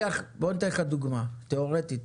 אתן לך דוגמה תיאורטית.